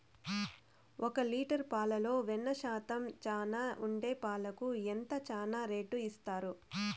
ఒక లీటర్ పాలలో వెన్న శాతం చానా ఉండే పాలకు ఎంత చానా రేటు ఇస్తారు?